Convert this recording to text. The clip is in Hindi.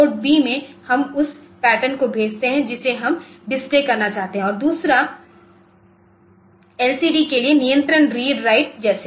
PORTB में हम उस पैटर्न को भेजते हैं जिसे हम डिस्प्ले करना चाहते हैं और दूसरा एलसीडी के लिए नियंत्रण रीड राइट जैसे